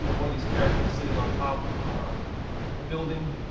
and one of these characters sitting on top of a building,